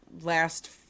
last-